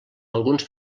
alguns